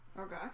Okay